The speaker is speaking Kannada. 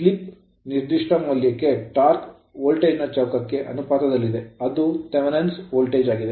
ಸ್ಲಿಪ್ ನ ನಿರ್ದಿಷ್ಟ ಮೌಲ್ಯಕ್ಕೆ torque ಟಾರ್ಕ್ ವೋಲ್ಟೇಜ್ ನ ಚೌಕಕ್ಕೆ ಅನುಪಾತದಲ್ಲಿದೆ ಅದು Thevenin's ಥೆವೆನಿನ ವೋಲ್ಟೇಜ್ ಆಗಿದೆ